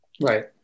Right